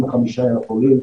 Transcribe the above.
35,000 עולים.